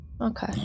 okay